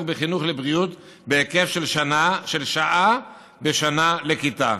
בחינוך לבריאות בהיקף של שעה בשנה לכיתה.